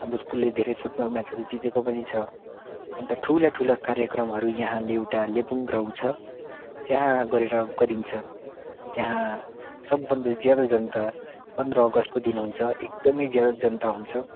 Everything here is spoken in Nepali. हाम्रो स्कुलले धेरै फुटबल म्याचहरू जितेको पनि छ अन्त ठुलाठुला कार्यक्रमहरू यहाँ एउटा लेबोङ ग्राउन्ड छ त्यहाँ गरेर गरिन्छ त्यहाँ सबभन्दा ज्यादा जनता पन्ध्र अगस्तको दिन हुन्छ एकदमै ज्यादा जनता हुन्छ